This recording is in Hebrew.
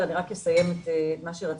אני רק אסיים את מה שרציתי.